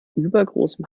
übergroßem